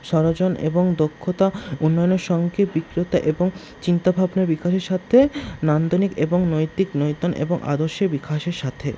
এবং দক্ষতা উন্নয়নের সঙ্গে বিকৃত এবং চিন্তা ভাবনা বিকাশের সাথে নান্দনিক এবং নৈতিক এবং আদর্শে বিকাশের সাথে